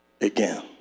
again